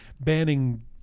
banning